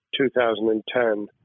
2010